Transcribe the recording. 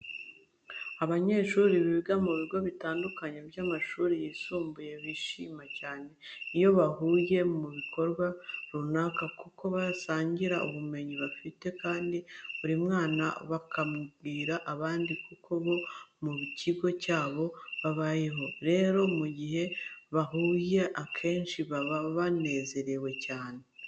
Abanyeshuri biga ku bigo bitandukanye by'amashuri yisumbuye bishima cyane iyo bahuriye mu gikorwa runaka kuko basangira ubumenyi bafite kandi buri bamwe bakabwira abandi uko bo mu kigo cyabo babayeho. Rero mu gihe bahuye akenshi baba banezerewe cyane.